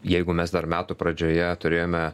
jeigu mes dar metų pradžioje turėjome